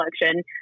election